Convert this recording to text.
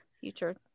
future